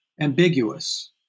ambiguous